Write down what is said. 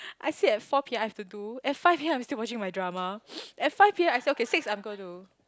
I said at four P_M I have to do at five P_M I'm still watching my drama at five P_M I said okay six I'm going to